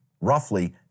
roughly